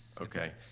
okay. yes.